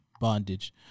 bondage